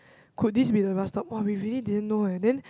could this be the bus stop !wah! we really didn't know eh then